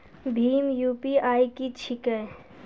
भीम UPI की छीके?